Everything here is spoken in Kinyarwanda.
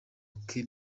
kate